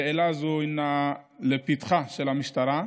שאלה זו אינה עומדת לפתחה של המשטרה,